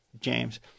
James